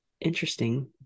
interesting